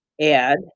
add